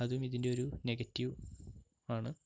അതും ഇതിൻ്റെ ഒരു നെഗറ്റീവ് ആണ്